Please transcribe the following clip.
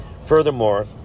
Furthermore